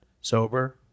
sober